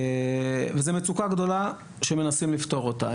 זה מצוקה גדולה שמנסים לפתור אותה.